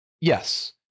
Yes